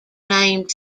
named